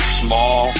small